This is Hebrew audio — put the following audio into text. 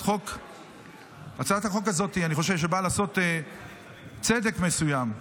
אני חושב שהצעת החוק הזאת באה לעשות צדק מסוים,